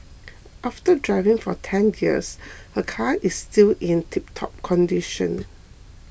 after driving for ten years her car is still in tiptop condition